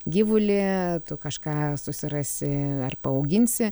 gyvulį tu kažką susirasi ar paauginsi